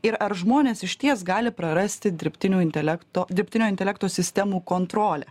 ir ar žmonės išties gali prarasti dirbtinių intelekto dirbtinio intelekto sistemų kontrolę